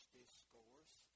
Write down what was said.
discourse